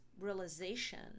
realization